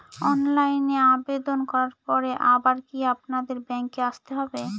অনলাইনে আবেদন করার পরে আবার কি আপনাদের ব্যাঙ্কে আসতে হবে?